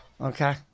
Okay